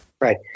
right